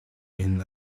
inn